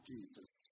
Jesus